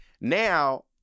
now